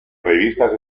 revistas